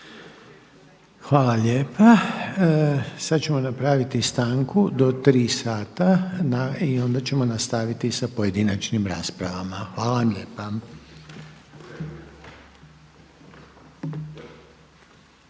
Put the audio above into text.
Hvala lijepa. Sad ćemo napraviti stanku do tri sata i onda ćemo nastaviti sa pojedinačnim raspravama. Hvala vam lijepa.